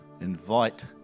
invite